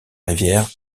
rivière